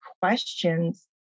questions